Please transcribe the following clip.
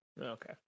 Okay